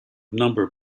number